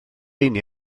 rheiny